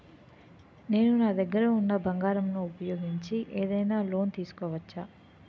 నేను నా దగ్గర ఉన్న బంగారం ను ఉపయోగించి ఏదైనా లోన్ తీసుకోవచ్చా?